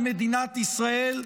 במדינת ישראל,